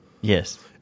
Yes